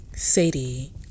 Sadie